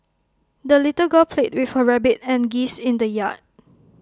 the little girl played with her rabbit and geese in the yard